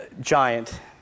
giant